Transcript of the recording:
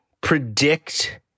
predict